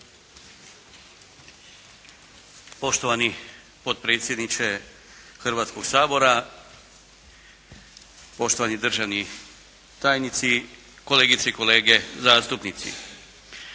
Poštovani potpredsjedniče Hrvatskog sabora, poštovani državni tajnici, kolegice i kolege zastupnici.